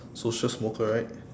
social smoker right